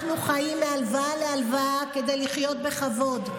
אנחנו חיים מהלוואה להלוואה כדי לחיות בכבוד.